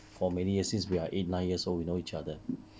for many years since we are eight nine years old we know each other